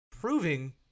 proving